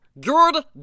Good